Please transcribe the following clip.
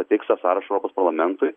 pateiks tą sąrašą europos parlamentui